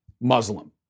Muslim